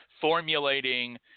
formulating